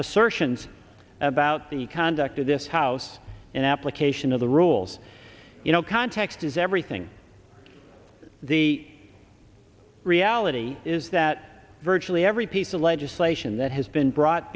assertions about the conduct of this house and application of the rules you know context is everything the reality is that virtually every piece of legislation that has been brought